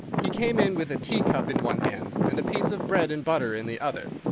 he came in with a teacup in one hand and a piece of bread-and-butter in the other.